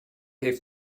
heeft